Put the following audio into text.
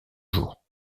jours